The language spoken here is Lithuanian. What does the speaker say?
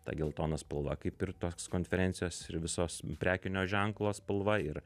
ta geltona spalva kaip ir tos konferencijos ir visos prekinio ženklo spalva ir